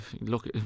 look